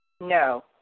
No